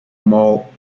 mall